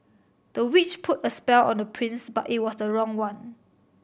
the witch put a spell on the prince but it was the wrong one